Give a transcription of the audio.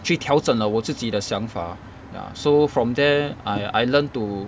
去调整了我自己的想法 so from there I I learnt to